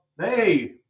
hey